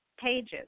pages